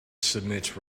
submit